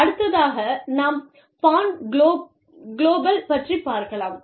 அடுத்ததாக நாம் born global பற்றி பார்க்கலாம்